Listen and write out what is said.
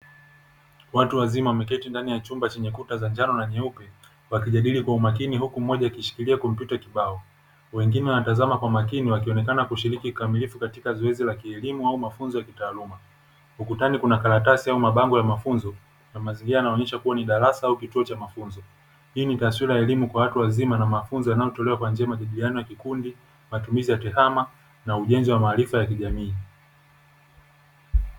Watu wazima wameketi ndani ya chumba chenye kuta za njano na nyeupe, wakijadili kwa umakini huku mmoja akishikilia kompyuta kibao. Wengine wanatazama kwa umakini wakionekana kushiriki kikamilifu katika zoezi la kielimu au mafunzo ya kitaaluma. Ukutani kuna karatasi au mabango ya mafunzo na mazingira yanaonyesha kuwa ni darasa au kituo cha mafunzo. Hii ni taswira ya elimu kwa watu wazima na mafunzo yanayotolewa kwa njia ya majadiliano ya kikundi, matumizi ya tehama na ujenzi wa maarifa ya kijamii.